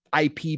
IP